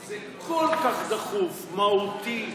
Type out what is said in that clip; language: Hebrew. זה כל כך דחוף, מהותי.